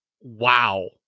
wow